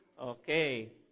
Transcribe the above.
Okay